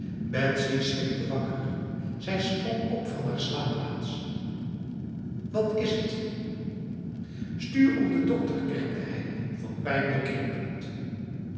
schrikte wakker zij sprong op van haar slaapplaats wat is hetf stuur om de dokter kermde hij van pijn